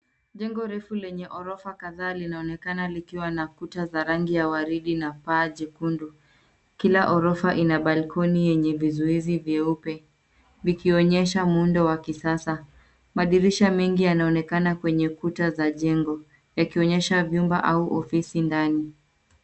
Jengo refu lenye ghorofa kadhaa linaonekana likiwa na kuta za rangi ya waridi na paa jekundu. Kila ghorofa ina (cs)balcony(cs)yenye vizuizi vyeupe, vikionyesha muundo wa kisasa .Madirisha mengi yanaonekana kwenye kuta za jengo. Yakionyesha vyumba au ofisi ndani.